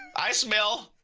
i smell.